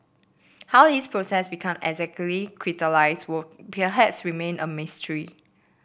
how his process become exactly crystallised will perhaps remain a mystery